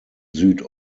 süd